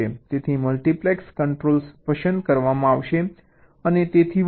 તેથી multiplex controls પસંદ કરવામાં આવશે અને તેથી વધુ